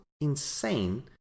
insane